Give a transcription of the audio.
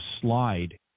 slide